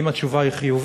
כי אם התשובה היא חיובית,